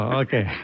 okay